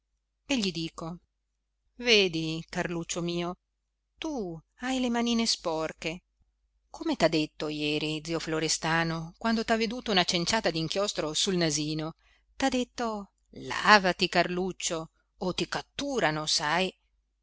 e gli dico vedi carluccio mio tu hai le manine sporche come t'ha detto jeri zio florestano quando t'ha veduto una cenciata d'inchiostro sul nasino t'ha detto lavati carluccio o ti catturano sai